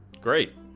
Great